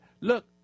Look